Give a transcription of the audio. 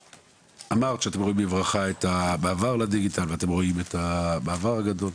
אמרת שאתם רואים בברכה את המעבר לדיגיטל ואתם רואים את המעבר הגדול.